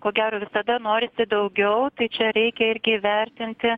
ko gero visada norisi daugiau tai čia reikia ir įvertinti